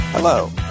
Hello